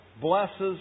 blesses